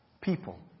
people